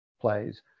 plays